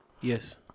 Yes